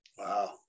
Wow